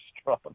strong